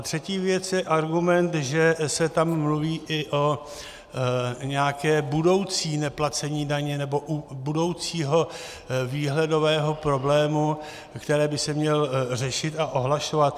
Třetí věc je argument, že se tam mluví i o nějakém budoucím neplacení daně nebo budoucím výhledovém problému, který by se měl řešit a ohlašovat.